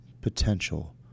potential